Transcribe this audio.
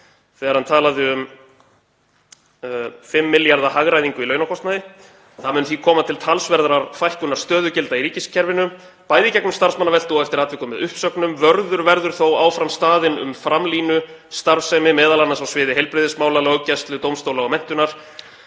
þegar hann talaði um 5 milljarða hagræðingu í launakostnaði: „Það mun því koma til talsverðrar fækkunar stöðugilda í ríkiskerfinu, bæði í gegnum starfsmannaveltu og eftir atvikum með uppsögnum. Vörður verður þó áfram staðinn um framlínustarfsemi, m.a. á sviði heilbrigðismála, löggæslu, dómstóla og menntunar.